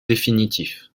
définitif